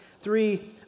three